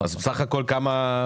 אז בסך הכל כמה?